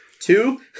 Two